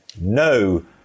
No